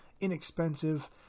inexpensive